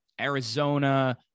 Arizona